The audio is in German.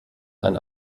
ein